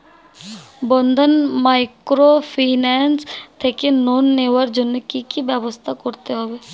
বন্ধন microfinance থেকে loan নেওয়ার জন্য কি কি ব্যবস্থা করতে হবে?